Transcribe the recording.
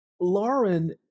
Lauren